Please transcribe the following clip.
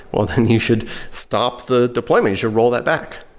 well then he should stop the deployment. you should roll that back.